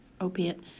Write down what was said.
opiate